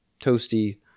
toasty